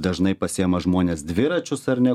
dažnai pasiima žmonės dviračius ar ne